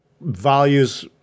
values